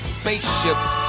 spaceships